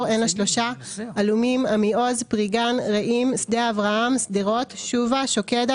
עין השלושה עלומים עמיעוז פרי גן רעים שדי אברהם שדרות שובה שוקדה